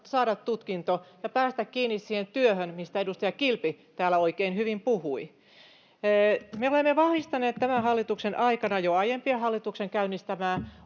saada tutkinto ja päästä kiinni siihen työhön, mistä edustaja Kilpi täällä oikein hyvin puhui. Me olemme vahvistaneet tämän hallituksen aikana jo aiempien hallituksien käynnistämää